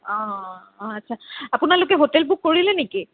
অঁ অঁ অঁ অঁ অঁ আচ্চা আপোনালোকে হোটেল বুক কৰিলে নেকি